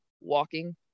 walking